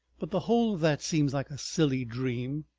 but the whole of that seems like a silly dream.